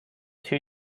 two